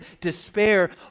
despair